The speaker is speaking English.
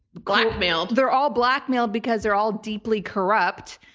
blackmailed. they're all blackmailed because they're all deeply corrupt,